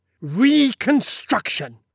Reconstruction